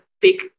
big